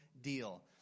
deal